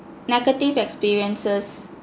negative experiences